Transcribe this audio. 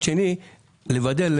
בוקר טוב.